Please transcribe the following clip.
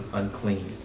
unclean